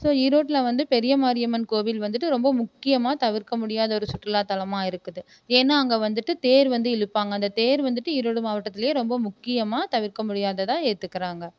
so ஈரோட்டில் வந்து பெரிய மாரியம்மன் கோவில் வந்துவிட்டு ரொம்ப முக்கியமாக தவிர்க்க முடியாத ஒரு சுற்றுலாதளமாக இருக்குது ஏன்னா அங்கே வந்துவிட்டு தேர் வந்து இழுப்பாங்க அந்த தேர் வந்துவிட்டு ஈரோடு மாவட்டத்திலியே ரொம்ப முக்கியமாக தவிர்க்க முடியாததாக ஏற்றுக்கறாங்க